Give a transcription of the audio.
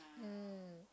mm